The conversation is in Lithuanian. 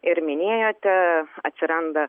ir minėjote atsiranda